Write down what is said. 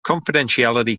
confidentiality